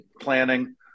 planning